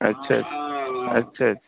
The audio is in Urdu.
اچھا اچھا